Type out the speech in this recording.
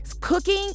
cooking